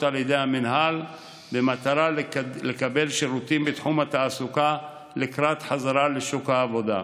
על ידי המינהל כדי לקבל שירותים בתחום התעסוקה לקראת חזרה לשוק העבודה.